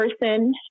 person